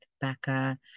Becca